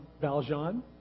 Valjean